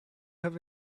have